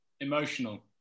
Emotional